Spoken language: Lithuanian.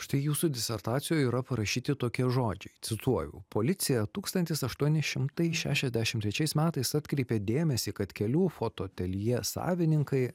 štai jūsų disertacijoj yra parašyti tokie žodžiai cituoju policija tūkstantis aštuoni šimtai šešiasdešim trečiais metais atkreipė dėmesį kad kelių fotoateljė savininkai